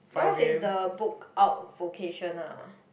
your's is the book out vocation ah